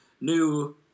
new